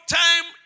time